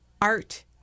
Art